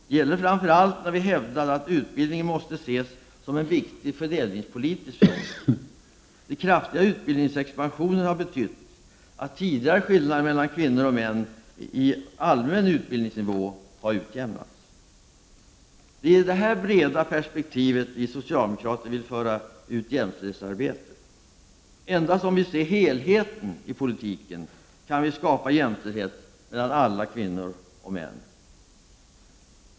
Det gäller framför allt när vi hävdat att även utbildningen måste ses som en viktig fördelningspolitisk fråga. Den kraftiga utbildningsexpansionen har betytt att tidigare skillnader mellan kvinnor och män i allmän utbildningsnivå har utjämnats. Det är i detta breda perspektiv vi socialdemokrater vill föra ut jämställdhetsarbetet. Endast om vi ser till helheten i politiken kan vi skapa jämställdhet mellan alla kvinnor och män.